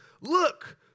Look